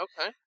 Okay